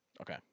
Okay